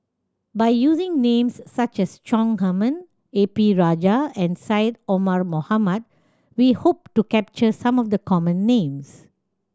by using names such as Chong Heman A P Rajah and Syed Omar Mohamed we hope to capture some of the common names